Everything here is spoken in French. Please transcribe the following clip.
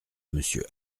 monsieur